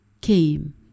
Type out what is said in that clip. came